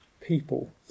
people